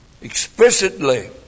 explicitly